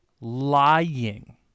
lying